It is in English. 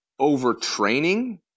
overtraining